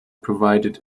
provided